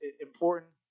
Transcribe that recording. important